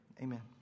Amen